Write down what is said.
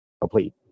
complete